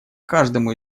каждому